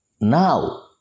now